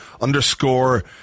underscore